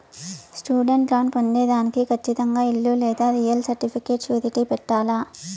student loan పొందేదానికి కచ్చితంగా ఇల్లు లేదా రియల్ సర్టిఫికేట్ సూరిటీ పెట్టాల్ల